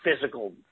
physical